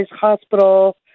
hospital